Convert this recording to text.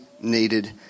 needed